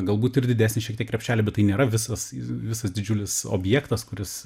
galbūt ir didesnį šiek tiek krepšelį bet tai nėra visas visas didžiulis objektas kuris